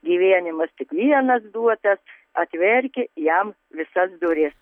gyvenimas tik vienas duotas atverki jam visas duris